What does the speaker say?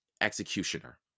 executioner